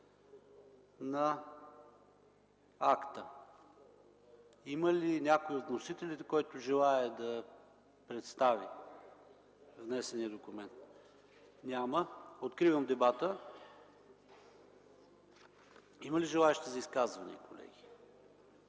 на акта. Има ли някой от вносителите, който желае да представи внесения документ? Няма. Откривам дебата. Колеги, има ли желаещи за изказвания?